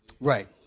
Right